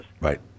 Right